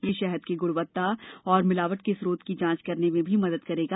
यह शहद की गुणवत्ता और मिलावट के स्रोत की जांच करने में भी मदद करेगा